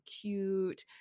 cute